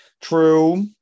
true